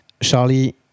Charlie